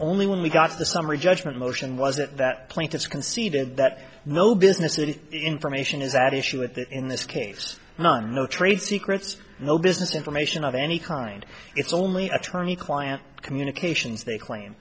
only when we got to the summary judgment motion was that that plaintiff's conceded that no business it is information is that issue with that in this case none no trade secrets no business information of any kind it's only attorney client communications they claim